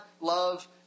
love